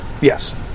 Yes